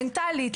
מנטלית,